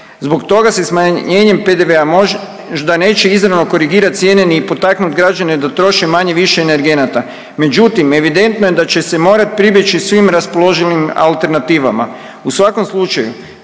Zbog toga se smanjenjem PDV-a možda neće izravno korigirat cijene ni potaknut građane da troše manje-više energenata, međutim evidentno je da će se morat pribjeć svim raspoloživim alternativama. U svakom slučaju